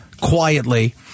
quietly